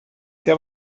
der